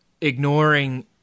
ignoring